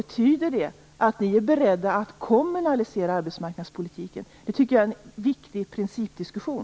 Betyder det att Centern är berett att kommunalisera arbetsmarknadspolitiken? Det tycker jag är en viktig principdiskussion.